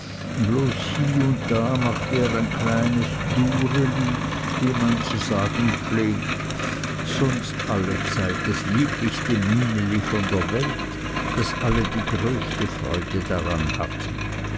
und da machte er ein kleines dureli wie man zu sagen pflegt sonst allezeit das lieblichste mieneli von der welt daß alle die größte freude dran hatten